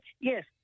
yes